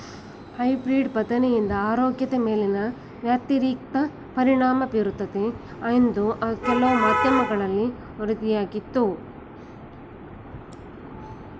hybrid ಬದನೆಕಾಯಿಂದ ಆರೋಗ್ಯದ ಮೇಲೆ ವ್ಯತಿರಿಕ್ತ ಪರಿಣಾಮ ಬೀರುತ್ತದೆ ಎಂದು ಕೆಲವು ಮಾಧ್ಯಮಗಳಲ್ಲಿ ವರದಿಯಾಗಿತ್ತು